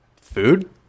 Food